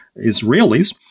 Israelis